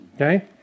okay